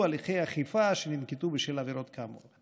הליכי אכיפה שננקטו בשל עבירות כאמור.